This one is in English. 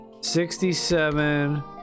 sixty-seven